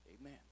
Amen